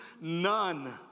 none